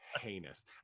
heinous